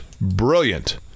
brilliant